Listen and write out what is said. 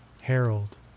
Harold